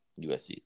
USC